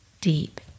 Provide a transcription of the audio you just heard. deep